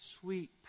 sweet